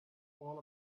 all